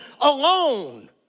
alone